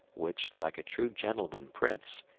which, like a true gentleman-prince,